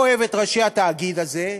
הוא לא אוהב את ראשי התאגיד הזה,